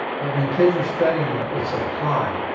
but when kids are studying it, it's applied.